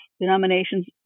denominations